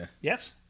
Yes